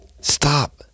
stop